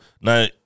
Now